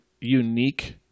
unique